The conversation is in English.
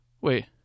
Wait